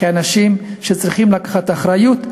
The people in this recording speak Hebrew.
כאנשים שצריכים לקחת אחריות,